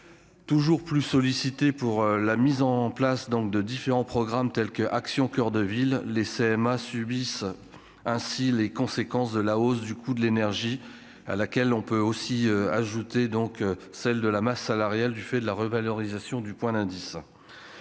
Toujours plus sollicitées pour la mise en place, donc de différents programmes tels que Action coeur de ville, les CMA subissent ainsi les conséquences de la hausse du coût de l'énergie à laquelle on peut aussi ajouter donc celle de la masse salariale du fait de la revalorisation du point d'indice